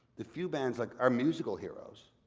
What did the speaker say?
the few bands, like our musical heroes,